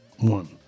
one